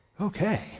okay